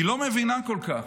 והיא לא מבינה כל כך,